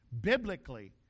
Biblically